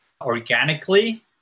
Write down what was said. organically